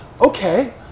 okay